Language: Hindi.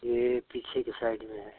यह पीछे की साइड में है